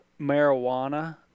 marijuana